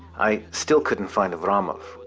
i still couldn't find avraamov,